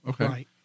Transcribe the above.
Okay